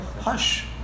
Hush